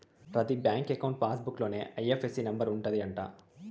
ప్రతి bank account passbook లోనే IFSC number ఉంటది అంట